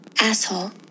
Asshole